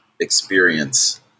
experience